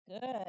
Good